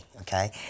okay